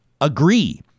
agree